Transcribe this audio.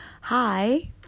hi